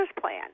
plan